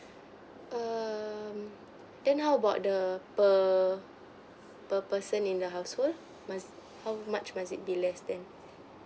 um then how about the per per person in the household must how much must it be less then